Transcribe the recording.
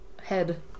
head